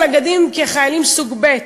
שנים התייחסו לנגדים כחיילים סוג ב',